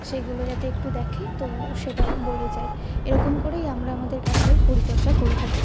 সেগুলো যাতে একটু দেখে তো সেটা বলে যাই এরকম করেই আমরা আমাদের গাছের পরিচর্যা করে থাকি